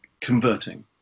converting